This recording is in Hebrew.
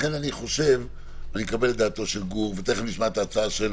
אני מקבל את דעתו של גור, ותיכף נשמע את הצעתו של